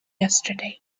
yesterday